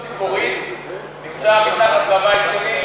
אזור ציפורית נמצא מתחת לבית שלי,